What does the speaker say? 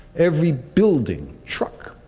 every building, truck,